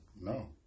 no